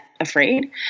afraid